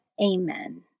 Amen